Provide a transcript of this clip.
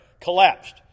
collapsed